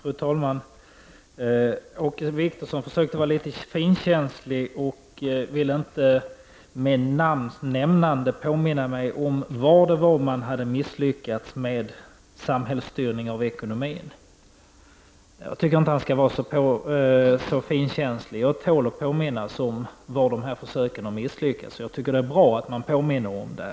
Fru talman! Åke Wictorsson försökte vara litet finkänslig, och han ville inte med namns nämnande påminna mig om var det var man hade misslyckats med samhällsstyrning av ekonomin. Jag tycker inte att han skall vara så finkänslig. Jag tål att påminnas om var dessa försök har misslyckats. Och jag tycker det är bra att man påminner om detta.